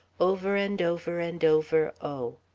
over and over and over, oh.